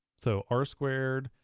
so, r squared,